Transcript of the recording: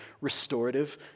restorative